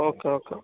okay okay